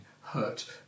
hurt